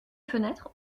fenêtre